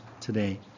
today